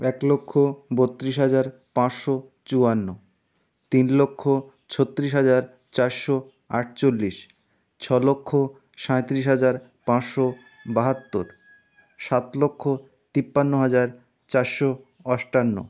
এক লক্ষ বত্রিশ হাজার পাঁচশো চুয়ান্ন তিন লক্ষ ছত্রিশ হাজার চারশো আটচল্লিশ ছলক্ষ সাঁইত্রিশ হাজার পাঁচশো বাহাত্তর সাত লক্ষ তিপান্ন হাজার চারশো আটান্ন